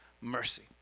mercy